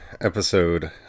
episode